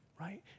Right